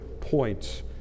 points